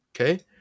Okay